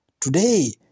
today